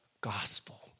gospel